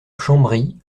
chambry